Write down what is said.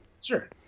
Sure